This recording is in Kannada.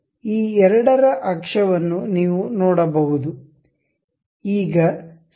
ಈ ಎರಡರ ಅಕ್ಷವನ್ನು ನೀವು ನೋಡಬಹುದು